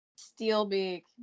Steelbeak